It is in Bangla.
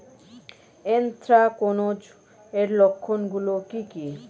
এ্যানথ্রাকনোজ এর লক্ষণ গুলো কি কি?